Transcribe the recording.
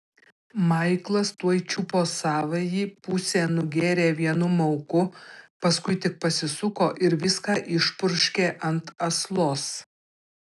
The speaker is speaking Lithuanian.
maiklas tuoj čiupo savąjį pusę nugėrė vienu mauku paskui tik pasisuko ir viską išpurškė ant aslos